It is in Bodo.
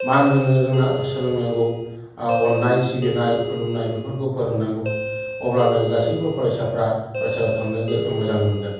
मान होनो सोलोंनांगौ अननाय सिबिनाय खुलुमनाय बेफोरखौ फोरोंनांगौ अब्लानो गासैबो फरायसाफोरा फरायसालियाव थांनो मोजां मोनगोन